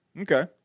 Okay